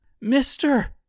Mister